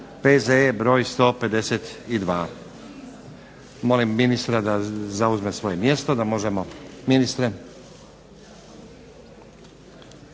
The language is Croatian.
PZE br. 152 Molim ministra da zauzme svoje mjesto da možemo. Ministre.